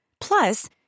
Plus